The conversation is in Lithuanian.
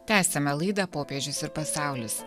tęsiame laidą popiežius ir pasaulis